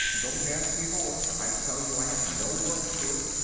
don't ask me for work. i tell you i have no work to give.